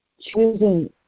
choosing